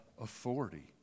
authority